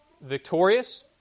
victorious